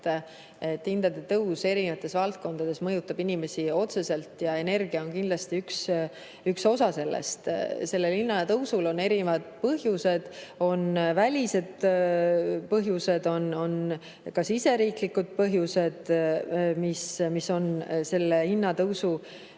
sest hindade tõus eri valdkondades mõjutab inimesi otseselt ja energia on kindlasti üks osa sellest. Hinnatõusul on erinevad põhjused, on välised põhjused, on ka siseriiklikud põhjused. Üldiselt on